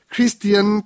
Christian